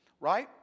right